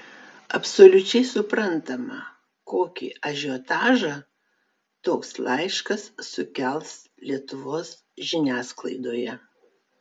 absoliučiai suprantama kokį ažiotažą toks laiškas sukels lietuvos žiniasklaidoje